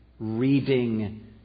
reading